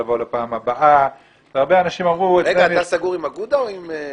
לבוא בפעם הבאה --- אתה סגור עם אגודה או עם דגל?